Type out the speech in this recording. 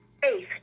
faith